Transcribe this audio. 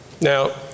Now